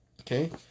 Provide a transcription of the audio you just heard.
okay